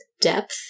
depth